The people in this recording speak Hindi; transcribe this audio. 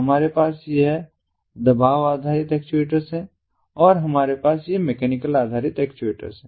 हमारे पास यह दबाव आधारित एक्चुएटर हैं और हमारे पास ये मैकेनिकल आधारित एक्चुएटर हैं